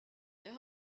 jag